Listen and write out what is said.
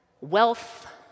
Wealth